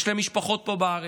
יש להם משפחות פה בארץ,